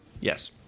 Yes